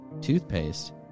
toothpaste